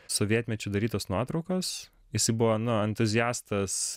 sovietmečiu darytos nuotraukos jisai buvo nu entuziastas